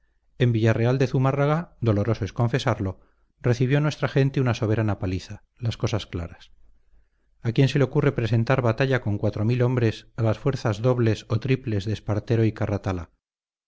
en villarreal de zumárraga doloroso es confesarlo recibió nuestra gente una soberana paliza las cosas claras a quién se le ocurre presentar batalla con cuatro mil hombres a las fuerzas dobles o triples de espartero y